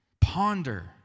ponder